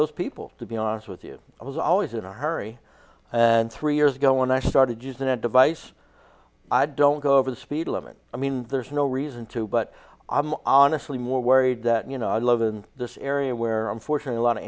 those people to be honest with you i was always in a hurry and three years ago when i started using a device i don't go over the speed limit i mean there's no reason to but i'm honestly more worried that you know i love in this area where i'm fortunate a lot of